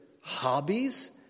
hobbies